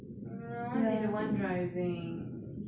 mm I want be the one driving